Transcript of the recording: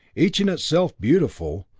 each in itself beautiful,